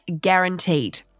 guaranteed